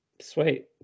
sweet